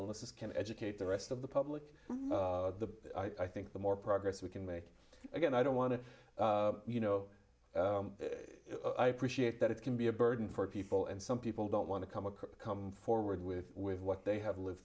illnesses can educate the rest of the public i think the more progress we can make again i don't want to you know i appreciate that it can be a burden for people and some people don't want to come across come forward with with what they have lived